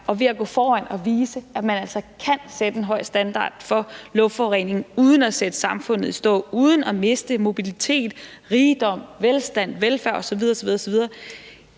og ved at gå foran og vise, at man altså kan sætte en høj standard mod luftforurening uden at sætte samfundet i stå, uden at miste mobilitet, rigdom, velstand, velfærd osv. osv.,